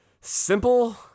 simple